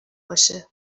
باشه